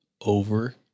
over